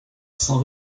sans